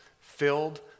Filled